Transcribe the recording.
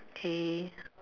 okay